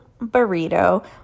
burrito